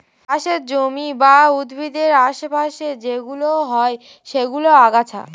চাষের জমির বা উদ্ভিদের আশে পাশে যেইগুলো হয় সেইগুলো আগাছা